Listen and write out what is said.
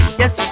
yes